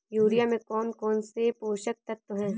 Urea में कौन कौन से पोषक तत्व है?